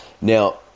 Now